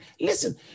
Listen